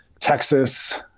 texas